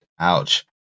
Ouch